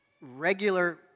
regular